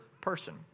person